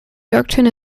yorktown